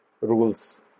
rules